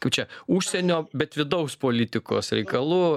kaip čia užsienio bet vidaus politikos reikalų